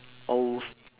old